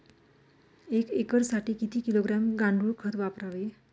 एक एकरसाठी किती किलोग्रॅम गांडूळ खत वापरावे?